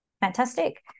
fantastic